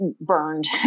burned